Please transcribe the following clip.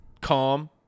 calm